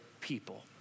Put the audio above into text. people